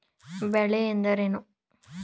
ಬೆಳೆ ಎಂದರೇನು?